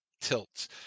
tilts